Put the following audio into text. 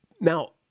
Now